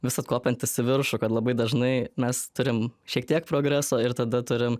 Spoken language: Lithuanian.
visad kopiantis į viršų kad labai dažnai mes turim šiek tiek progreso ir tada turim